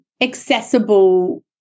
accessible